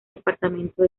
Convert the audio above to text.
departamento